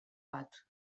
bat